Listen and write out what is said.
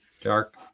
dark